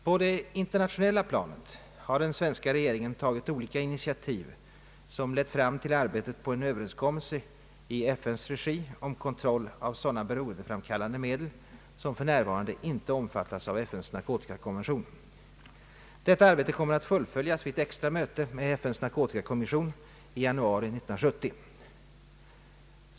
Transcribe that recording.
På det internationella planet har den svenska regeringen tagit olika initiativ som lett fram till arbetet på en över enskommelse i FN:s regi om kontroll av sådana beroendeframkallande medel som f.n. inte omfattas av FN:s narkotikakonvention. Detta arbete kommer att fullföljas vid ett extra möte med FN:s narkotikakommission i januari 1970.